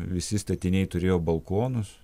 visi statiniai turėjo balkonus